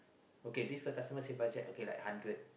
okay this the customer say budget okay like hundred